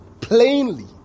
plainly